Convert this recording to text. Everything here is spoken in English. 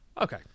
Okay